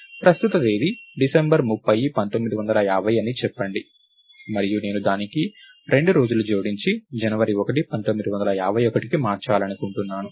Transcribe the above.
ప్రస్తుత తేదీ డిసెంబర్ 30 1950 అని చెప్పండి మరియు నేను దానికి 2 రోజులు జోడించి జనవరి 1 1951కి మార్చాలనుకుంటున్నాను